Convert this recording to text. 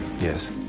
yes